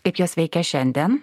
kaip jos veikia šiandien